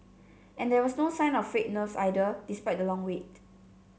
and there was no sign of frayed nerves either despite the long wait